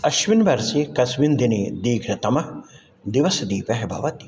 अस्मिन् वर्षे कस्मिन् दिने दीर्घतमः दिवसदीपः भवति